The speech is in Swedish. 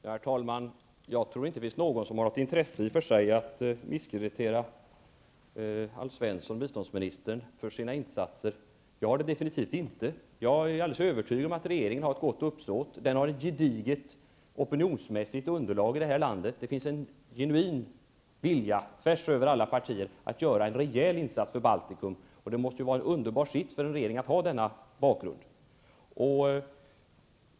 Herr talman! Jag tror inte att det finns någon som har intresse av att misskreditera Alf Svensson, biståndsministern, för hans insatser. Jag har det avgjort inte. Jag är alldeles övertygad om att regeringen har ett gott uppsåt. Den har ett gediget opinionsmässigt underlag i landet. Det finns en genuin vilja, tvärsöver alla partigränser, att göra en reell insats för Baltikum. Det måste vara en underbar sits för en regering att ha denna bakgrund.